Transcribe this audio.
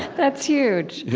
that's huge